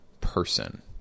person